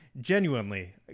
genuinely